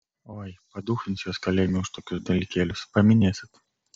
oi paduchins juos kalėjime už tokius dalykėlius paminėsit